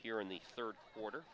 here in the third quarter